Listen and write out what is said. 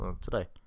Today